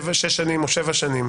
שש שנים או שבע שנים,